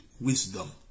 wisdom